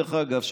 דרך אגב,